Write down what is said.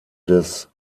des